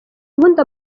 ubundi